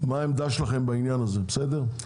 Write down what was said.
מה העמדה שלכם בעניין הזה, בסדר?